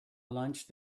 lunch